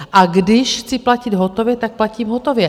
A když chci platit hotově, tak platím hotově.